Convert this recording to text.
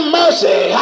mercy